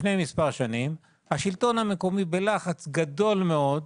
לפני מספר שנים, השלטון המקומי, בלחץ גדול מאוד,